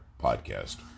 podcast